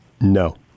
No